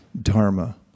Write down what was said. dharma